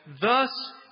thus